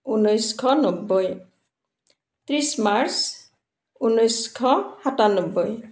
ঊনৈছশ নব্বৈ ত্ৰিছ মাৰ্চ ঊনৈছশ সাতান্নব্বৈ